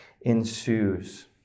ensues